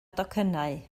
docynnau